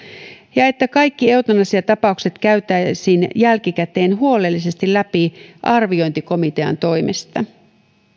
ja että kaikki eutanasiatapaukset käytäisiin jälkikäteen huolellisesti läpi arviointikomitean toimesta